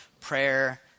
Prayer